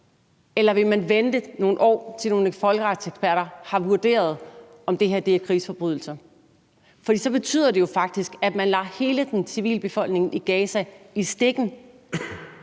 eller vil man vente nogle år til, at nogle folkeretseksperter har vurderet, om det her er krigsforbrydelser? For så betyder det jo faktisk, at man lader hele civilbefolkningen i Gaza i stikken,